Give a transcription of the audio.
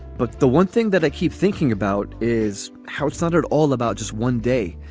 but the one thing that i keep thinking about is how it's thundered all about just one day.